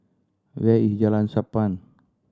where is Jalan Sappan